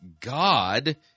god